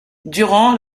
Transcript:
durant